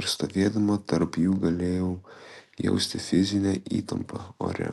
ir stovėdama tarp jų galėjau jausti fizinę įtampą ore